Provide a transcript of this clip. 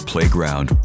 Playground